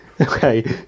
Okay